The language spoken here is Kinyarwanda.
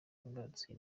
imbarutso